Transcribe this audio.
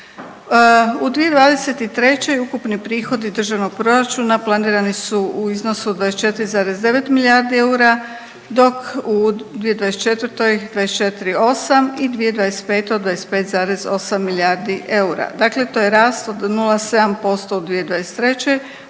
U 2023. ukupni prihodi državnog proračuna planirani su u iznosu od 24,9 milijardi eura dok u 2024. 24,8 i 2025. od 25,8 milijardi eura. Dakle, to je rast od 0,7% u 2023.